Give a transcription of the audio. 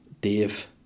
Dave